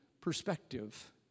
perspective